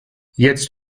jetzt